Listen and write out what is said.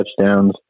touchdowns